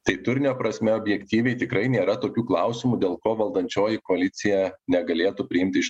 tai turinio prasme objektyviai tikrai nėra tokių klausimų dėl ko valdančioji koalicija negalėtų priimti iš